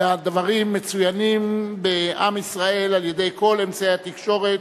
והדברים מצוינים בעם ישראל על-ידי כל אמצעי התקשורת,